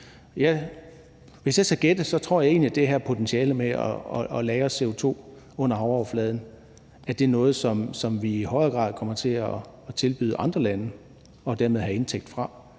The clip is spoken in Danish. Hvis jeg skal gætte, tror jeg egentlig, at det potentiale med at lagre CO2 under havoverfladen er noget, som vi i højere grad kommer til at tilbyde andre lande og dermed have indtægt fra.